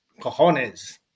cojones